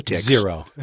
Zero